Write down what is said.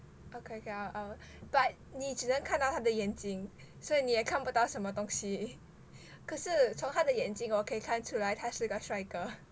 okay okay I'll I'll but 你只能看到他的眼睛所以你也看不到什么东西可是从他的眼睛 hor 可以看出来他是一个帅哥